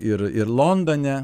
ir ir londone